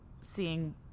Seeing